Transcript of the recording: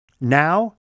Now